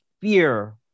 fear